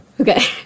Okay